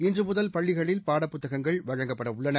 இன்று முதல் பள்ளிகளில் பாடப் புத்தகங்கள் வழங்கப்படவுள்ளன